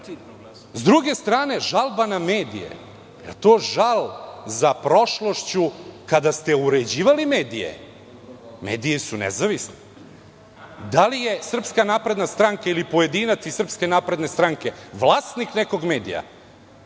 S druge strane žalba na medije. Jel to žal za prošlošću. Kada ste uređivali mediji, mediji su nezavisni. Da li je srpska napredna stranka ili pojedinac iz SNS vlasnik nekog medija?